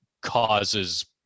causes